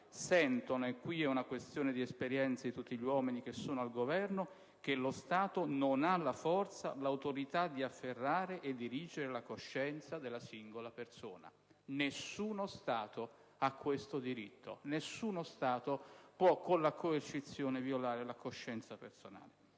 sentono (e qui è una questione di esperienza di tutti gli uomini che sono al Governo) che lo Stato non ha la forza, l'autorità di affermare e dirigere la coscienza della singola persona». Nessuno Stato ha questo diritto. Nessuno Stato può con la coercizione violare la coscienza personale.